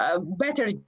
better